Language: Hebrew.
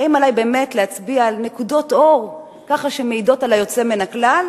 האם עלי באמת להצביע על נקודות אור שככה מעידות על היוצא מן הכלל,